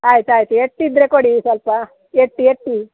ಆಯ್ತು ಆಯ್ತು ಎಟ್ಟಿ ಇದ್ದರೆ ಕೊಡಿ ಸ್ವಲ್ಪ ಎಟ್ಟಿ ಎಟ್ಟಿ